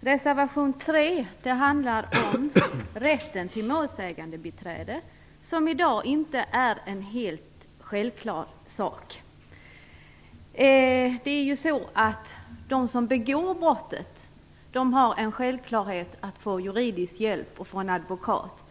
Reservation 3 handlar om rätten till målsägandebiträde som i dag inte är en helt självklar sak. De som begår brottet har en självklar rätt att få juridisk hjälp och en advokat.